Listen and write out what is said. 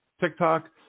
TikTok